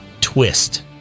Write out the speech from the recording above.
twist